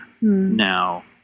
now